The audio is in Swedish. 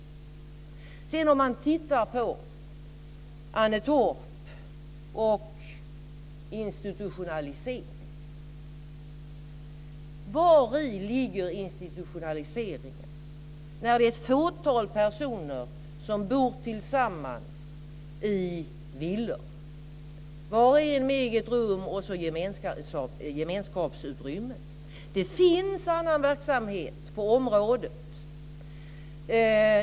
Om vi sedan tittar på Annetorp och institutionalisering, undrar jag vari institutionaliseringen ligger när det är ett fåtal personer som bor tillsammans i villor, med gemenskapsutrymmen och med eget rum för var och en. Det finns annan verksamhet på området.